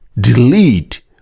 delete